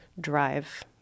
drive